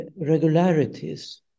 regularities